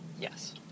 Yes